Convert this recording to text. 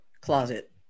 closet